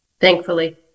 thankfully